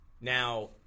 now